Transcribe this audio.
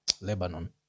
Lebanon